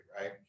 right